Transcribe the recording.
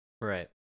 Right